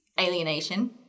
alienation